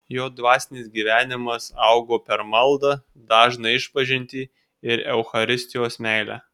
jo dvasinis gyvenimas augo per maldą dažną išpažintį ir eucharistijos meilę